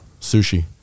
Sushi